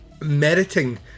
meriting